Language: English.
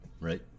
Right